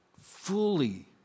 fully